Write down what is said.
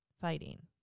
fighting